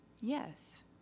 yes